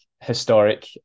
historic